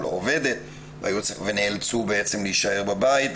נאלצו להישאר בבית.